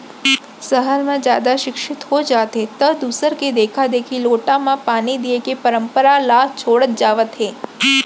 सहर म जादा सिक्छित हो जाथें त दूसर के देखा देखी लोटा म पानी दिये के परंपरा ल छोड़त जावत हें